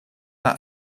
that